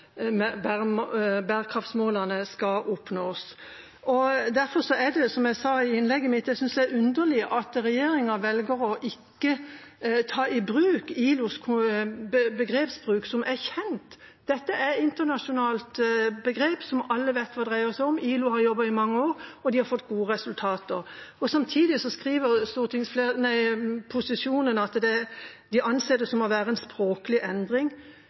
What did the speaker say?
bærekraftsmålene skal oppnås. Derfor synes jeg, som jeg sa i innlegget mitt, det er underlig at regjeringa velger ikke å ta i bruk ILOs begrepsbruk, som er kjent. Dette er et internasjonalt begrep som alle vet hva dreier seg om. ILO har jobbet i mange år, og de har fått gode resultater. Samtidig skriver posisjonen at de anser det å være en språklig endring.